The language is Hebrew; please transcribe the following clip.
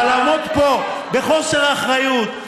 אבל לעמוד פה בחוסר אחריות,